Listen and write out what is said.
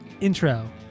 intro